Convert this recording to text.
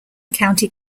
county